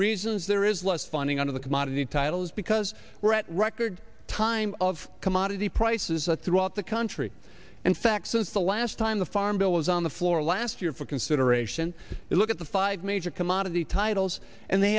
reasons there is less funding out of the commodity title is because we're at record time of commodity prices throughout the country in fact since the last time the farm bill was on the floor last year for consideration you look at the five major commodity titles and they